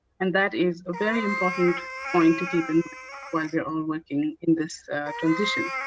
and that is a very important point to keep in mind while we're all working in this transition.